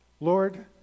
Lord